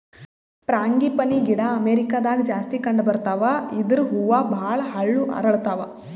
frangipani ಗಿಡ ಅಮೇರಿಕಾದಾಗ್ ಜಾಸ್ತಿ ಕಂಡಬರ್ತಾವ್ ಇದ್ರ್ ಹೂವ ಭಾಳ್ ಹಳ್ಳು ಅರಳತಾವ್